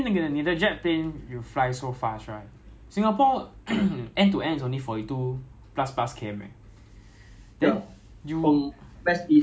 less than a minute I think you fly all of Singapore already then you can fly round around Singapore like not not feasible mah so 一定要去 overseas lah